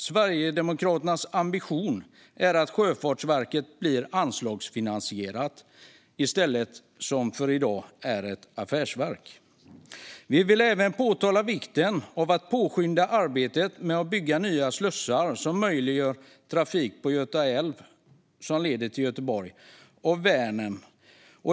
Sverigedemokraternas ambition är att Sjöfartsverket ska bli anslagsfinansierat i stället för att som i dag vara ett affärsverk. Vi vill även påtala vikten av att påskynda arbetet med att bygga nya slussar som möjliggör trafik på Göta älv mellan Göteborg och Vänern.